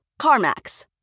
CarMax